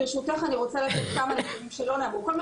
ברשותך, אני רוצה לתת כמה נתונים שלא נאמרו.